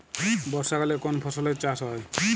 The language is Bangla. বর্ষাকালে কোন ফসলের চাষ হয়?